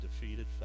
defeated